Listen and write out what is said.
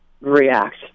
react